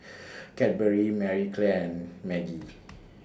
Cadbury Marie Claire and Maggi